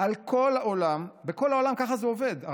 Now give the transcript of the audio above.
בכל העולם זה עובד ככה,